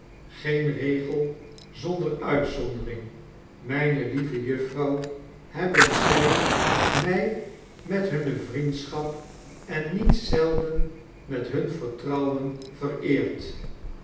geen regel zonder uitzondering myne lieve juffrouw hebben zy my met hunne vriendschap en niet zelden methunvertrouwen vereerd